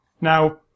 Now